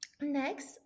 Next